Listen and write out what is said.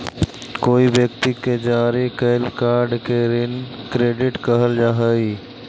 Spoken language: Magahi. कोई व्यक्ति के जारी कैल कार्ड के ऋण क्रेडिट कहल जा हई